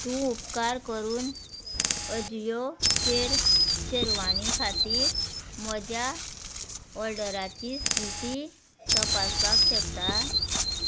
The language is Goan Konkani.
तूं उपकार करून अजियोचेर शेरवाणी खातीर म्हज्या ऑर्डराची स्थिती तपासपाक शकता